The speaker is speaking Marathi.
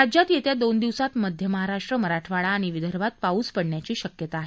राज्यात येत्या दोन दिवसात मध्य महाराष्ट्र मराठवाडा आणि विदर्भात पाऊस पडण्याची शक्यता आहे